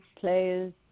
players